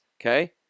okay